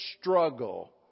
struggle